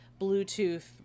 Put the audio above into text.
Bluetooth